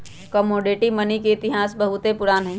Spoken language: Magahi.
कमोडिटी मनी के इतिहास बहुते पुरान हइ